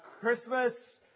Christmas